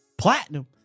Platinum